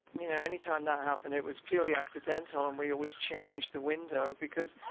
you know, anytime that happened, it was purely accidental. and we always change the window because,